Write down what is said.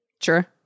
Sure